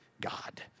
God